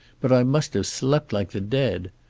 but i must have slept like the dead.